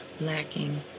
lacking